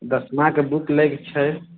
दसमाक book लै के छै